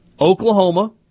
Oklahoma